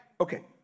Okay